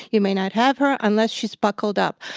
you may not have her, unless she's buckled up.